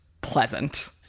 pleasant